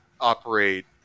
operate